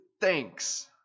thanks